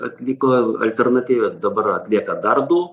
atliko alalternatyvią dabar atlieka dar du